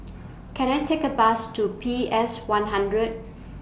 Can I Take A Bus to P S one hundred